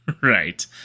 Right